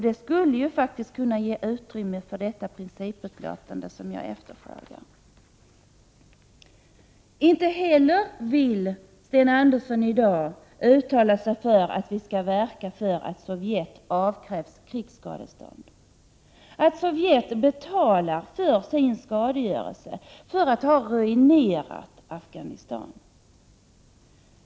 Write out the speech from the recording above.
Det skulle faktiskt kunna ge utrymme för det principuttalande som jag efterfrågar. Inte heller vill Sten Andersson i dag uttala sig för att vi skall verka för att Sovjet avkrävs krigsskadestånd, att Sovjet betalar för sin skadegörelse, för att ha ruinerat Afghanistan.